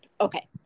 okay